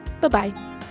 Bye-bye